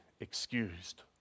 excused